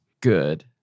Good